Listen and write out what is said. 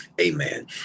amen